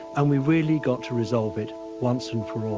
and we've really got to resolve it once and for all.